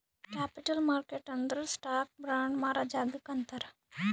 capital market ಅಂದುರ್ stock, bond ಮಾರಾ ಜಾಗಾಕ್ ಅಂತಾರ್